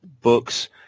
books